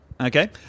Okay